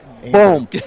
Boom